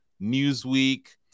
Newsweek